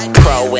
pro